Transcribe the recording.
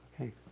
Okay